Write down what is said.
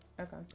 Okay